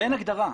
ואין הגדרה.